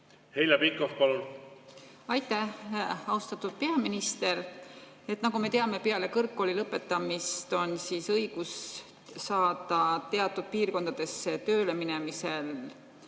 Heljo Pikhof, palun! Aitäh! Austatud peaminister! Nagu me teame, peale kõrgkooli lõpetamist on õigus saada teatud piirkondadesse tööle minemisel